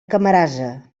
camarasa